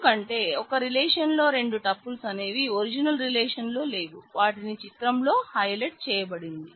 ఎందుకంటే ఒక రిలేషన్ లో రెండు టపుల్స్ అనేవి ఒరిజినల్ రిలేషన్లో లేవు వాటిని చిత్రంలో హైలైట్ చేయబడింది